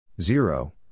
zero